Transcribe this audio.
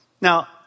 Now